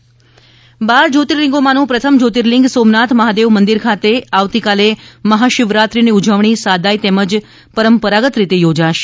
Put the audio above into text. સોમનાથ શિવરાત્રી બાર જ્યોતિર્લિંગોમાંનું પ્રથમ જ્યોતિર્લિંગ સોમનાથ મહાદેવ મંદિર ખાતે આવતીકાલે મહાશિવરાત્રીની ઉજવણી સાદાઈથી તેમજ પરંપરાગત રીતે યોજાશે